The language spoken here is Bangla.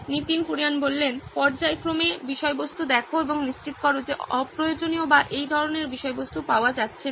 নীতিন কুরিয়ান পর্যায়ক্রমে বিষয়বস্তু দেখো এবং নিশ্চিত করো যে অপ্রয়োজনীয় বা এই ধরনের বিষয়বস্তু পাওয়া যাচ্ছে না